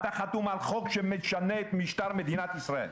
אתה חתום על חוק שמשנה את המשטר במדינת ישראל.